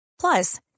Plus